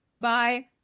Bye